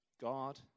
God